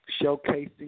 showcasing